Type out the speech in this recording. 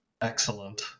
excellent